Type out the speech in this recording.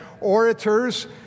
orators